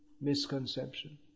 misconception